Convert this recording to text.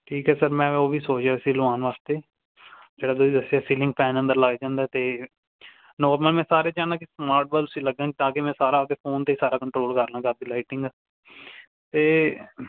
ਠੀਕ ਹੈ ਸਰ ਮੈਂ ਉਹ ਵੀ ਸੋਚ ਰਿਹਾ ਸੀ ਲਵਾਉਣ ਵਾਸਤੇ ਜਿਹੜਾ ਤੁਸੀਂ ਦੱਸਿਆ ਸੀਲਿੰਗ ਫੈਨ ਅੰਦਰ ਲੱਗ ਜਾਂਦਾ ਅਤੇ ਨੌਰਮਲ ਮੈਂ ਸਰ ਇਹ ਚਾਹੁੰਦਾ ਕਿ ਸਮਾਟ ਬੱਲਬਸ ਹੀ ਲੱਗਣ ਤਾਂ ਕਿ ਮੈਂ ਸਾਰਾ ਆਪਦੇ ਫੋਨ 'ਤੇ ਸਾਰਾ ਕੰਟਰੋਲ ਕਰ ਲਵਾਂਗਾ ਆਪਦੀ ਲਾਈਟਿੰਗ ਅਤੇ